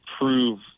prove